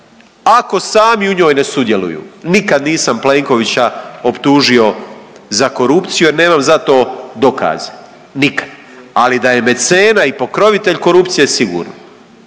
ako sami u njoj ne sudjeluju. Nikad nisam Plenkovića optužio za korupciju jer nemam za to dokaze, nikad, ali da je mecena i pokrovitelj korupcije sigurno.